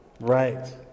Right